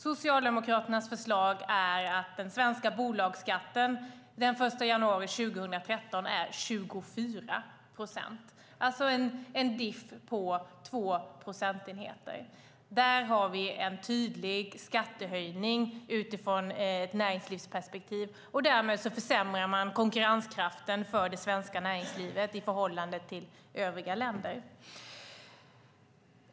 Socialdemokraternas förslag är att den svenska bolagsskatten den 1 januari 2013 blir 24 procent, det vill säga en differens på 2 procentenheter. Där har vi en tydlig skattehöjning utifrån ett näringslivsperspektiv. Därmed försämrar man konkurrenskraften för det svenska näringslivet i förhållande till övriga länder.